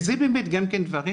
אלה דברים,